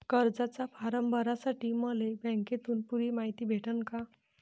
कर्जाचा फारम भरासाठी मले बँकेतून पुरी मायती भेटन का?